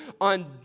on